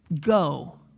go